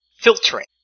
filtering